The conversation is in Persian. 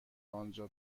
آنجا